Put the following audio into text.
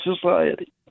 society